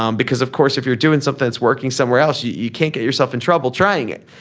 um because of course if you're doing something is working somewhere else you you can't get yourself in trouble trying it.